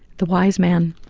the wise man.